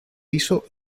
hizo